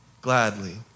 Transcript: gladly